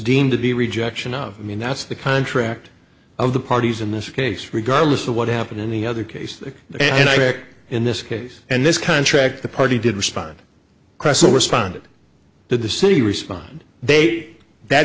deemed to be rejection of mean that's the contract of the parties in this case regardless of what happened in any other case and i pick in this case and this contract the party did respond queso responded to the city respond they hat